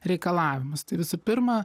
reikalavimus tai visų pirma